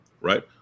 right